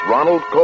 Ronald